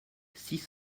six